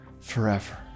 forever